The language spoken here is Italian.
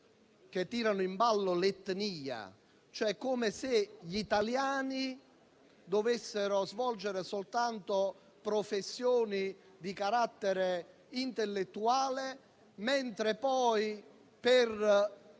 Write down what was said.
che tirano in ballo l'etnia, come se gli italiani dovessero svolgere soltanto professioni di carattere intellettuale, mentre poi per